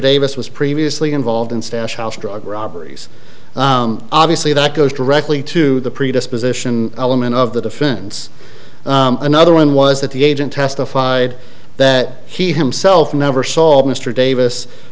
davis was previously involved in stash drug robberies obviously that goes directly to the predisposition element of the defense another one was that the agent testified that he himself never saw of mr davis